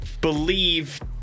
believe